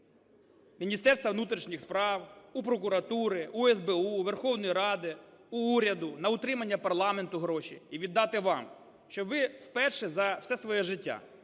Міністерства внутрішніх справ, у прокуратури, у СБУ, у Верховної Ради, у уряду, на утримання парламенту гроші і віддати вам, щоб ви вперше за все своє життя